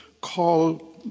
Call